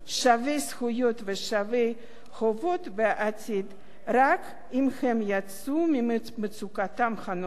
זכויות ושווי חובות בעתיד רק אם הם יצאו ממצוקתם הנוכחית,